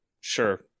sure